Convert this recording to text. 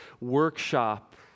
workshop